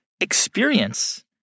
experience